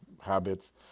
habits